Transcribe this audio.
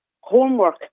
homework